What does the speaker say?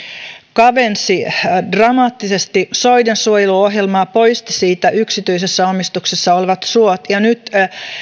kavensi dramaattisesti soidensuojeluohjelmaa poisti siitä yksityisessä omistuksessa olevat suot ja nyt